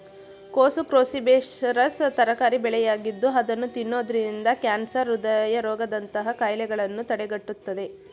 ಕೋಸು ಕ್ರೋಸಿಫೆರಸ್ ತರಕಾರಿ ಬೆಳೆಯಾಗಿದ್ದು ಅದನ್ನು ತಿನ್ನೋದ್ರಿಂದ ಕ್ಯಾನ್ಸರ್, ಹೃದಯ ರೋಗದಂತಹ ಕಾಯಿಲೆಗಳನ್ನು ತಡೆಗಟ್ಟುತ್ತದೆ